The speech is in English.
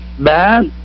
bad